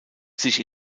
sich